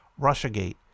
Russiagate